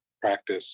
practice